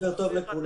בוקר טוב לכולם.